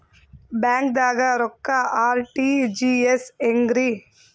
ಬ್ಯಾಂಕ್ದಾಗ ರೊಕ್ಕ ಆರ್.ಟಿ.ಜಿ.ಎಸ್ ಹೆಂಗ್ರಿ?